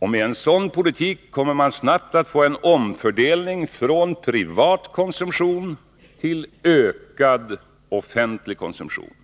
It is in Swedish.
Med en sådan politik kommer man snabbt att få en omfördelning från privat konsumtion till ökad offentlig konsumtion.